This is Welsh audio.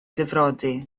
difrodi